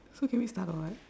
so can we start or what